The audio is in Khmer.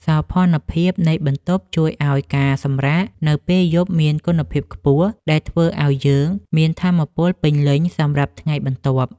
សោភ័ណភាពនៃបន្ទប់ជួយឱ្យការសម្រាកនៅពេលយប់មានគុណភាពខ្ពស់ ដែលធ្វើឱ្យយើងមានថាមពលពេញលេញសម្រាប់ថ្ងៃបន្ទាប់។